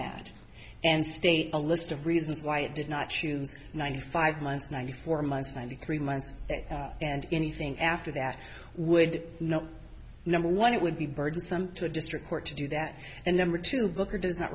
that and state a list of reasons why it did not choose ninety five months ninety four months ninety three months and anything after that would not number one it would be burdensome to a district court to do that and number two booker does not